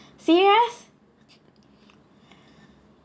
serious